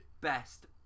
best